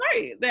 Right